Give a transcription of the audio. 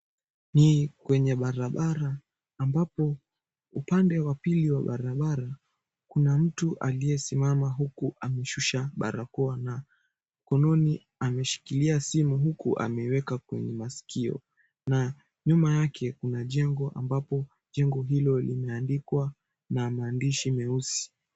Ni kwenye barabara, ambapo upande wa pili wa barabara kuna mtu aliyesimama huku amesusha barakoa na mkononi ameshikilia simu na kuweka kwenye masikio na nyuma yake kuna jengo ambapo jengo hilo limeandikwa na maandishi meusi.